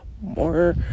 more